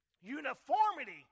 Uniformity